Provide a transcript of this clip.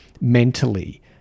mentally